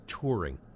touring